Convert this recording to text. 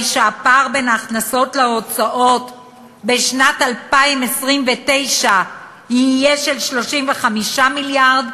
הפער בין ההכנסות להוצאות בשנת 2029 יהיה של 35 מיליארד,